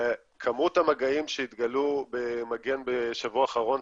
כמות המגעים שהתגלו במגן בשבוע האחרון,